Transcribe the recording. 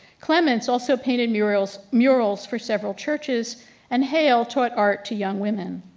clemens also painted murals murals for several churches and hale taught art to young women.